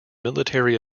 military